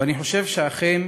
ואני חושב שאכן